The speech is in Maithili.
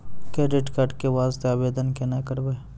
क्रेडिट कार्ड के वास्ते आवेदन केना करबै?